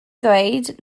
ddweud